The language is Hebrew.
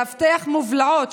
לאבטח מובלעות,